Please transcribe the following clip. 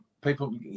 people